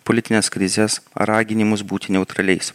politines krizes raginimus būti neutraliais